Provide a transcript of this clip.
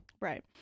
Right